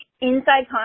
inside